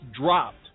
dropped